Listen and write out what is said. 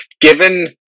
given